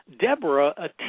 Deborah